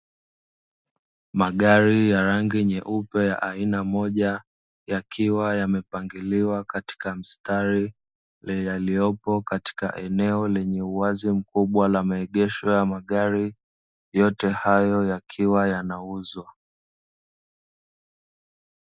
Magari ya rangi nyeupe ya aina moja yakiwa yamepangiliwa katika mistari, yaliyopo katika eneo lenye uwazi mkubwa la maegesho ya magari, yote hayo yakiwa yanauzwa.